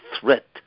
threat